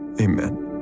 amen